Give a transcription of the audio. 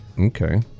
Okay